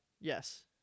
Yes